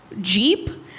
Jeep